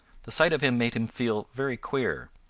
the sight of him made him feel very queer.